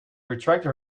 retracted